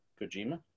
Kojima